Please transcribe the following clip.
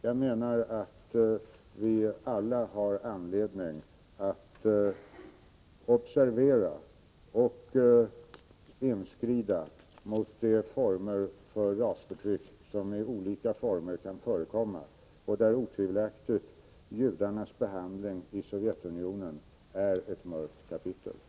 Jag menar att vi alla har anledning att observera och inskrida mot de olika former av rasförtryck som kan förekomma och där otvivelaktigt judarnas behandling i Sovjetunionen är ett mörkt kapitel.